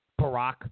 Barack